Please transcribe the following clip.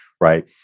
right